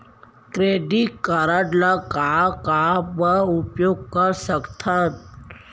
Credit card ला का का मा उपयोग कर सकथन?